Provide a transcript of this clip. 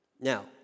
Now